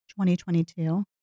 2022